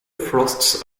frosts